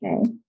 Okay